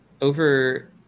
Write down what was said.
over